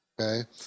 okay